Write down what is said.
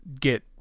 get